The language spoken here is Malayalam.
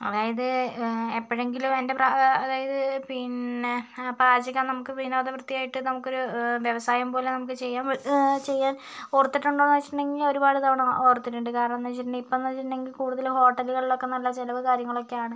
അതായത് എപ്പഴെങ്കിലും എൻ്റെ പ്ര അതായത് പിന്നെ പാചകം നമുക്ക് വിനോദ വൃത്തിയായിട്ട് നമുക്കൊരു വ്യവസായംപോലെ നമുക്ക് ചെയ്യാൻ പറ്റു ചെയ്യാൻ ഓർത്തിട്ടുണ്ടോന്നു ചോദിച്ചിട്ടുണ്ടെങ്കിൽ ഒരുപാടുതവണ ഓർത്തിട്ടുണ്ട് കാരണെന്താന്ന് വെച്ചിട്ടുണ്ടെങ്കിൽ ഇപ്പോൾ എന്താ വെച്ചിട്ടുണ്ടെങ്കിൽ കൂടുതലും ഹോട്ടലുകളിലൊക്കെ നല്ല ചെലവ് കാര്യങ്ങളൊക്കെ ആണ്